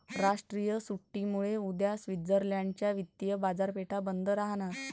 राष्ट्रीय सुट्टीमुळे उद्या स्वित्झर्लंड च्या वित्तीय बाजारपेठा बंद राहणार